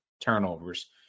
turnovers